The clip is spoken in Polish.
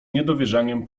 niedowierzaniem